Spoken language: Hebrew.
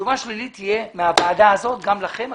תשובה שלילית תהיה מהוועדה הזאת גם לכם על